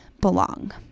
belong